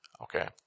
Okay